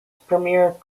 premiere